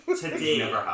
today